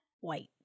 White